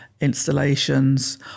installations